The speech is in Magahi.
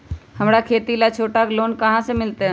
हमरा खेती ला छोटा लोने कहाँ से मिलतै?